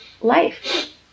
life